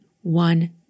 one